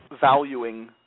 valuing